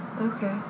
okay